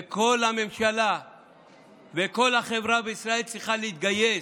וכל הממשלה וכל החברה בישראל צריכות להתגייס.